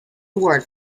award